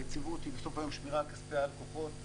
היציבות היא בסוף היום שמירה על כספי הלקוחות.